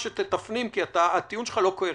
כי הטיעון שלך לא קוהרנטי.